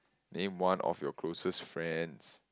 name one of your closest friends